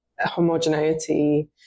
homogeneity